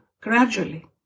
gradually